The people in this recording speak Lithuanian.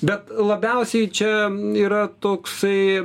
bet labiausiai čia yra toksai